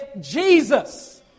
Jesus